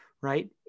right